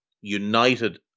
United